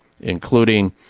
including